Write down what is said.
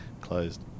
closed